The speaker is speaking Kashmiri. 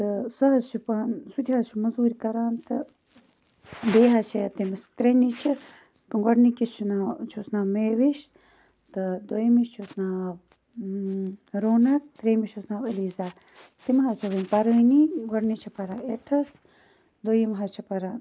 تہٕ سُہ حظ چھُ پانہٕ سُہ تہِ حٕظ چھُ مٔزوٗرۍ کَران تہٕ بیٚیہِ حظ چھِ تٔمِس ترےٚ نِچہِ گۄڈنِکِس چھُ ناو چھُس ناو محوِش تہٕ دوٚیمِس چھُس ناو رونَق تریٚیِمِس چھُس ناو الیٖزا تِم حظ چھِ وٕنہِ پَرٲنی گۄڈنِچ چھِ پَران ایٹتھَس دوٚیِم حظ چھِ پَران